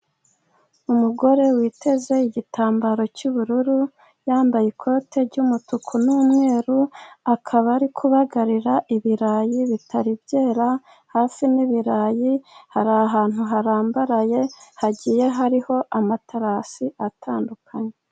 Umugore witeze igitambaro cy'ubururu, yambaye ikote ry'umutuku n'umweru, akaba ari kubagarira ibirayi bitari byera, hafi n'ibirayi hari ahantu harambaraye, hagiye hariho amaterasi atandukanye.